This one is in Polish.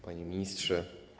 Panie Ministrze!